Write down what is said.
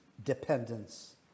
Dependence